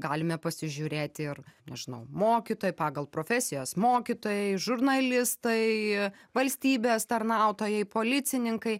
galime pasižiūrėti ir nežinau mokytojai pagal profesijas mokytojai žurnalistai valstybės tarnautojai policininkai